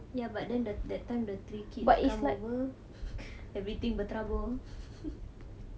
ya but then the that time the three keys kamu ke everything berterabur